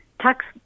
tax